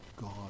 God